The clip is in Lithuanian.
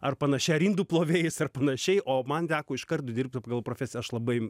ar panašiai ar indų plovėjais ar panašiai o man teko iškart dirbt pagal profesiją aš labai